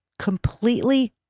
Completely